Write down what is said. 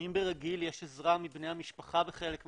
אם ברגיל יש עזרה מבני המשפחה בחלק המקרים,